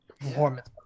performance